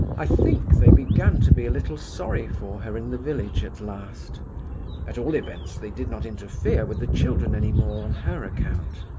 i think they began to be a little sorry for her in the village at last at all events they did not interfere with the children any more, on her account.